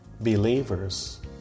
believers